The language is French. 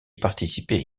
participait